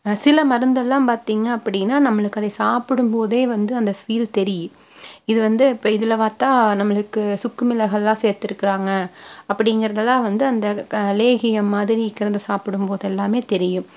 சில மருந்தெல்லாம் பார்த்திங்க அப்படின்னா நம்மளுக்கு அதை சாப்பிடும்போதே வந்து அந்த ஃபீல் தெரயும் இது வந்து இப்போ இதில் பார்த்தா நம்மளுக்கு சுக்கு மிளகெல்லாம் சேர்த்துருக்கிறாங்க அப்படிங்கிறதெல்லாம் வந்து அந்த லேகியம் மாதிரி விற்கிற அந்த சாப்பிடும்போது எல்லாமே தெரியும்